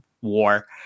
war